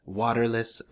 waterless